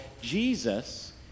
Jesus